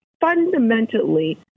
fundamentally